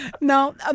Now